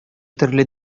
төрле